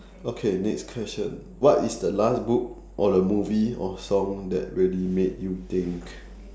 okay next question what is the last book or the movie or song that really made you think